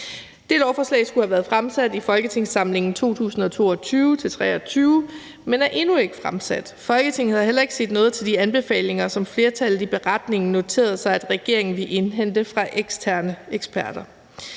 Det lovforslag skulle have været fremsat i folketingssamlingen 2022-23, men er endnu ikke fremsat. Folketinget har heller ikke set noget til de anbefalinger, som flertallet noterede sig i beretningen regeringen ville hente fra eksterne eksperter.